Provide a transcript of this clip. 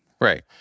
right